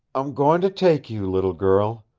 i'm goin' to take you, little girl.